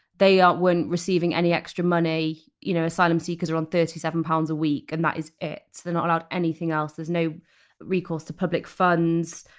they weren't weren't receiving any extra money, you know, asylum seekers are on thirty seven pounds a week and that is it. they're not allowed anything else. there's no recourse to public funds.